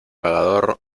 pagador